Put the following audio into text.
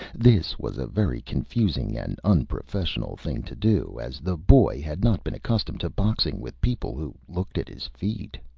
this was a very confusing and unprofessional thing to do, as the boy had not been accustomed to boxing with people who looked at his feet.